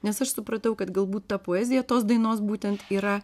nes aš supratau kad galbūt ta poezija tos dainos būtent yra